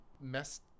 messed